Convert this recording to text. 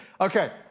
Okay